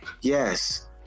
Yes